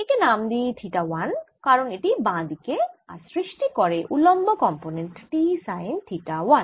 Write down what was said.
একে নাম দিই থিটা 1 কারণ এটি বাঁ দিকে আর সৃষ্টি করে উল্লম্ব কম্পোনেন্ট T সাইন থিটা1